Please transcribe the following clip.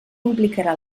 implicarà